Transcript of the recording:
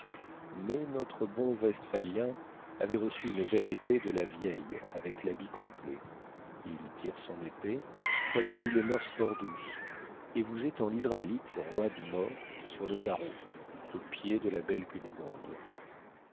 mais notre bon vestphalien avait reçu une belle épée de la vieille avec l'habit complet il tire son épée quoiqu'il eût les moeurs fort douces et vous étend l'israélite roide mort sur le carreau aux pieds de la belle cunégonde